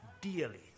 dearly